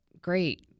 great